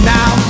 Now